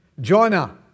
Jonah